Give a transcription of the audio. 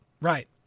Right